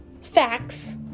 facts